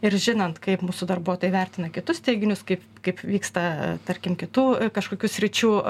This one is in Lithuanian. ir žinant kaip mūsų darbuotojai vertina kitus teiginius kaip kaip vyksta tarkim kitų kažkokių sričių